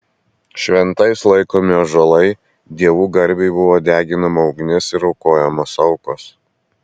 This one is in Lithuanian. šventais laikomi ąžuolai dievų garbei buvo deginama ugnis ir aukojamos aukos